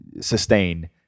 sustain